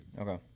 Okay